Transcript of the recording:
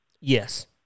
Yes